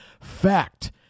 Fact